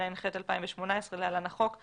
התשע"ח-2018 (להלן- החוק),